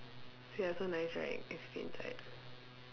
see I so nice right I inside